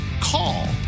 call